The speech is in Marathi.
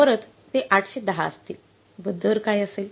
तर परत ते 810 असतील व दर काय असेल